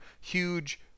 huge